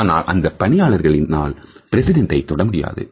ஆனால் அந்த பணியாளரின் ஆல் பிரசிடெண்ட்டை தொடமுடியாது